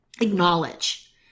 acknowledge